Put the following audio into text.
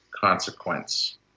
consequence